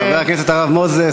חבר הכנסת הרב מוזס,